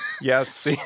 Yes